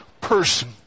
person